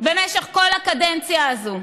במשך כל הקדנציה הזאת.